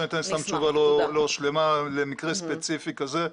חבל שאני אתן סתם תשובה לא שלמה למקרה ספציפי כזה,